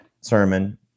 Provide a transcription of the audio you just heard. Sermon